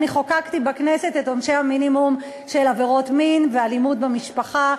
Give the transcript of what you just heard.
אני חוקקתי בכנסת את עונשי המינימום של עבירות מין ואלימות במשפחה.